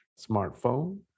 smartphone